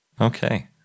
Okay